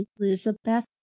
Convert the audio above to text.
elizabeth